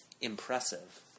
impressive